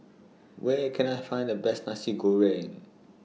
Where Can I Find The Best Nasi Goreng